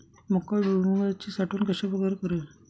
मका व भुईमूगाची साठवण कशाप्रकारे करावी?